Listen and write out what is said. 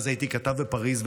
ואז הייתי כתב בפריז,